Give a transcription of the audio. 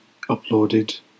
uploaded